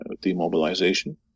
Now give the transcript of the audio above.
demobilization